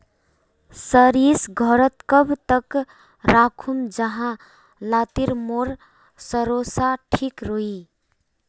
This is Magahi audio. सरिस घोरोत कब तक राखुम जाहा लात्तिर मोर सरोसा ठिक रुई?